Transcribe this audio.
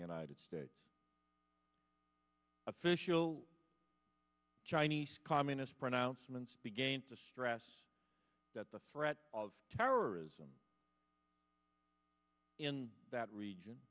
the united states official chinese communist pronouncements began to stress that the threat of terrorism in that region